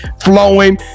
flowing